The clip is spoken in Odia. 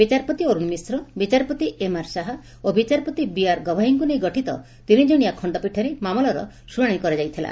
ବିଚାରପତି ଅରୁଣ ମିଶ୍ର ବିଚାରପତି ଏମ୍ଆର୍ ଶାହ ଓ ବିଚାରପତି ବିଆର୍ ଗଭାଇଙ୍କୁ ନେଇ ଗଠିତ ତିନିଜଣିଆ ଖଣ୍ତପୀଠରେ ମାମଲାର ଶୁଣାଣି ହୋଇଥିଲା